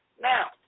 Now